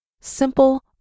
simple